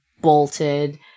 bolted